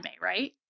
right